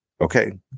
Okay